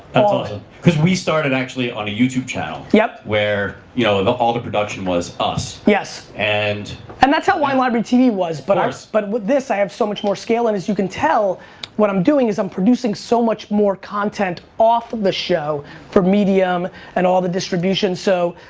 awesome. cause we started actually on a youtube channel yep. where, you know, all the production was us. yes. and and that's how wine library tv was, but but with this i have so much more scale and as you can tell what i'm doing is i'm producing so much more content off the show for medium and all the distributions so,